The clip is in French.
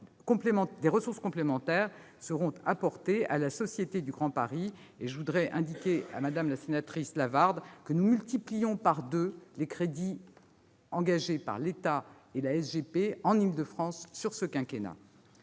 des ressources complémentaires seront apportées à la Société du Grand Paris, la SGP. J'indique à Mme la sénatrice Lavarde que nous multiplions par deux les crédits engagés par l'État et la SGP en Île-de-France sur ce quinquennat.